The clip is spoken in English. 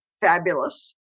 fabulous